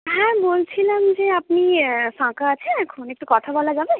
হ্যাঁ বলছিলাম যে আপনি ফাঁকা আছেন একটু কথা বলা যাবে